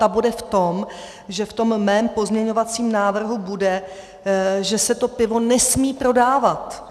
Ta bude v tom, že v tom mém pozměňovacím návrhu bude, že se to pivo nesmí prodávat.